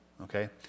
Okay